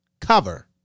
Cover